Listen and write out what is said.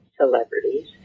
celebrities